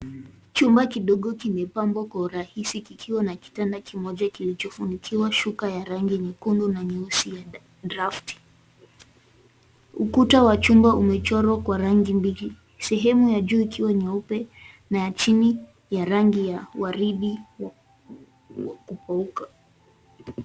Chumba kidogo kimepambwa kwa urahisi kikiwa na kitanda kimoja kilichofunikiwa shuka ya rangi nyekundu na nyeusi ya draft . Ukuta wa chumba umechorwa kwa rangi mbili, sehemu ya juu ikiwa nyeupe na ya chini wa rangi ya chini wa kupauka.